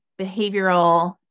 behavioral